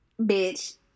Bitch